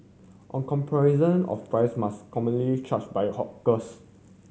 on comparison of price must commonly charged by a hawkers